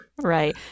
Right